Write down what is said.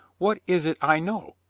what is it i know?